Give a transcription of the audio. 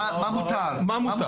מה מותר?